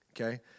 okay